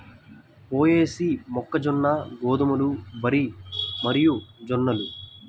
పొయేసీ, మొక్కజొన్న, గోధుమలు, వరి మరియుజొన్నలు